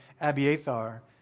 Abiathar